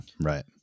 Right